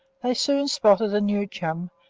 they soon spotted a new chum,